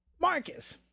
Marcus